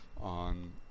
on